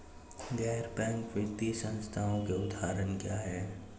गैर बैंक वित्तीय संस्थानों के उदाहरण क्या हैं?